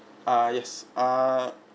ah yes ah